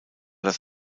das